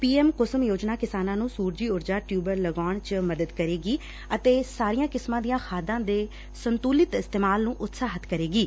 ਪੀ M Kusum ਯੋਜਨਾ ਕਿਸਾਨਾਂ ਨੂੰ ਸੁਰਜੀ ਉਰਜਾ ਟਿਉਬਵੈੱਲ ਲਗਾਉਣ ਚ ਮਦਦ ਕਰੇਗੀ ਅਤੇ ਸਾਰੀਆਂ ਕਿਸਮਾਂ ਦੀਆ ਖਾਦਾ ਦੇ ਸੰਡੁਲਿਤ ਇਸਤੇਮਾਲ ਨੂੰ ਉਤਸ਼ਾਹਿਤ ਕਰੇਗੀ